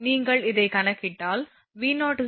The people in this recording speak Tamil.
நீங்கள் இதை கணக்கிட்டால் V0 110